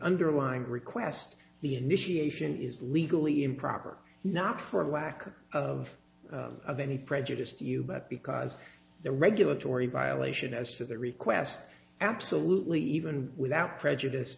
underlying request the initiation is legally improper not for a lack of of any prejudiced you but because the regulatory violation as to the request absolutely even without prejudiced